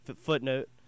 footnote